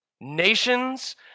Nations